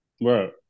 right